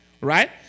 right